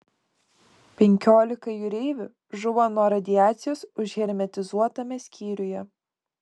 penkiolika jūreivių žuvo nuo radiacijos užhermetizuotame skyriuje